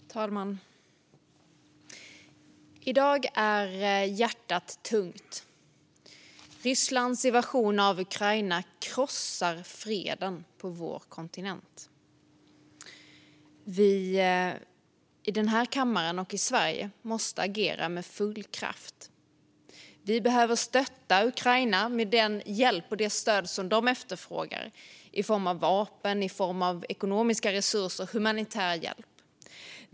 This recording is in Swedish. Fru talman! I dag är hjärtat tungt. Rysslands invasion av Ukraina krossar freden på vår kontinent. Vi i den här kammaren och i Sverige måste agera med full kraft. Vi behöver stötta Ukraina med den hjälp och det stöd som man efterfrågar i form av vapen, ekonomiska resurser och humanitär hjälp.